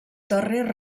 darrer